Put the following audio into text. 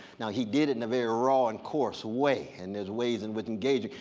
now, he did it in a very raw and course way, and there's way in which engaging.